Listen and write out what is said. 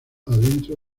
adentro